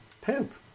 Poop